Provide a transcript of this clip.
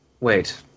Wait